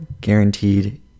guaranteed